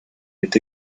est